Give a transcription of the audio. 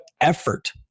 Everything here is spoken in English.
effort